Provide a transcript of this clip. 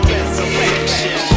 Resurrection